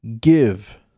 give